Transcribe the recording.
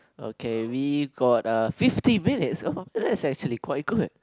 okay we got a fifty minutes oh that's actually quite good